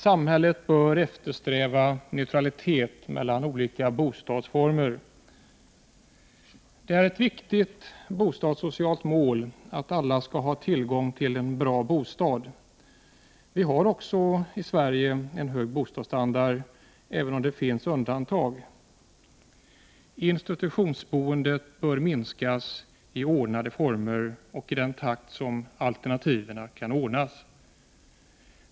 Samhället bör eftersträva neutralitet mellan olika bostadsformer. Det är ett viktigt bostadssocialt mål att alla skall ha tillgång till en bra bostad. Vi har också en hög bostadsstandard i Sverige, även om det finns undantag. Institutionsboendet bör minskas i ordnade former och i den takt alternativ kan ordnas.